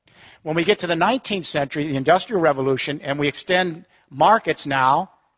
when we get to the nineteenth century, the industrial revolution, and we extent markets, now,